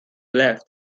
left